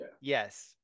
Yes